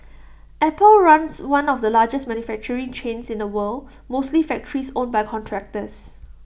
apple runs one of the largest manufacturing chains in the world mostly factories owned by contractors